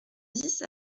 dix